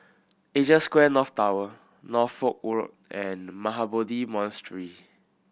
Asia Square North Tower Norfolk and Mahabodhi Monastery